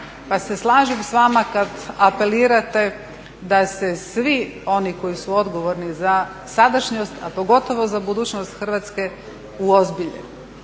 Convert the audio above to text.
Pa se slažem s vama kad apelirate da se svi oni koji su odgovorni za sadašnjost, a pogotovo za budućnost Hrvatske uozbilje